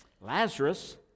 Lazarus